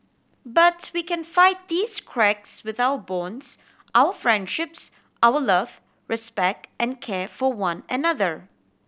but we can fight these cracks with our bonds our friendships our love respect and care for one another